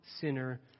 sinner